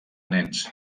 nens